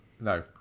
No